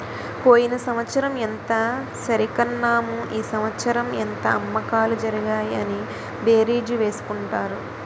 పోయిన సంవత్సరం ఎంత సరికన్నాము ఈ సంవత్సరం ఎంత అమ్మకాలు జరిగాయి అని బేరీజు వేసుకుంటారు